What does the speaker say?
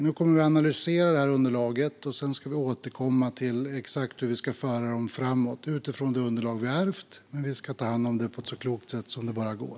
Nu kommer vi att analysera underlaget, och sedan ska vi återkomma till exakt hur vi ska föra detta framåt utifrån det underlag vi ärvt. Vi ska ta hand om det på ett så klokt sätt som det bara går.